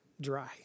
dry